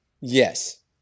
Yes